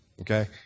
Okay